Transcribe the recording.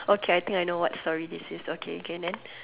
okay I think I know what story this is okay okay then